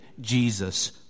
Jesus